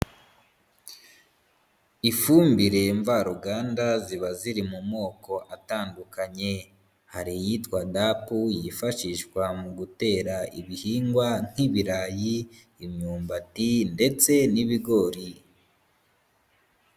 Ifumbire mvaruganda ziba ziri mu moko atandukanye, hari iyitwa DAP yifashishwa mu gutera ibihingwa nk'ibirayi, imyumbati ndetse n'ibigori.